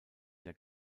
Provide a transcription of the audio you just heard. der